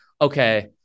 okay